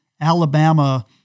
Alabama